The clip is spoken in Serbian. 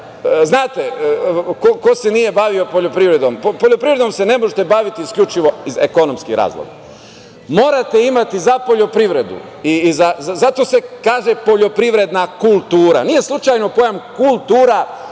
Znate, ko se nije bavio poljoprivredom, poljoprivredom se ne možete baviti isključivo iz ekonomskih razloga. Morate imati za poljoprivredu, zato se kaže poljoprivredna kultura, nije slučajno pojam - kultura